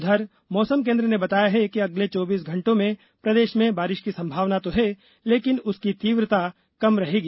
उधर मौसम केन्द्र ने बताया है कि अगले चौबीस घण्टों में प्रदेश में बारिश की संभावना तो है लेकिन उसकी तीव्रता कम रहेगी